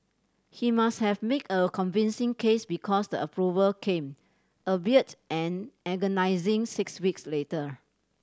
he must have made a convincing case because the approval came albeit an agonising six weeks later